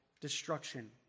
destruction